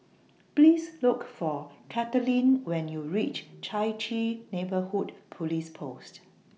Please Look For Kathaleen when YOU REACH Chai Chee Neighbourhood Police Post